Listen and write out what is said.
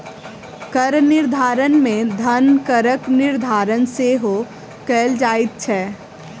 कर निर्धारण मे धन करक निर्धारण सेहो कयल जाइत छै